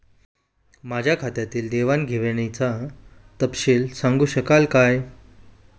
माझ्या खात्यातील देवाणघेवाणीचा तपशील सांगू शकाल काय?